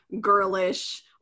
girlish